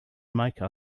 make